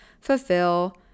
FULFILL